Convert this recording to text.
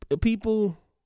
people